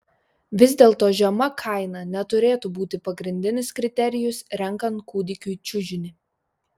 vis dėlto žema kaina neturėtų būti pagrindinis kriterijus renkant kūdikiui čiužinį